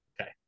Okay